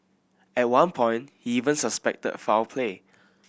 at one point he even suspected foul play